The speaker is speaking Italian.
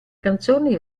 canzoni